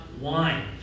wine